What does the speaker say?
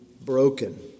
broken